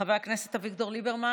חבר הכנסת אביגדור ליברמן,